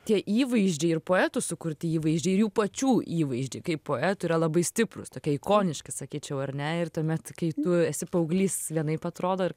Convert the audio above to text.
tie įvaizdžiai ir poetų sukurti įvaizdžiai ir jų pačių įvaizdžiai kaip poetų yra labai stiprūs tokie ikoniški sakyčiau ar ne ir tuomet kai tu esi paauglys vienaip atrodo ir